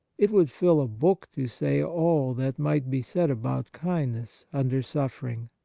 it would fill a book to say all that might be said about kindness under suffering.